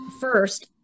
first